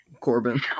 Corbin